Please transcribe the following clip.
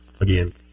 again